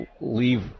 leave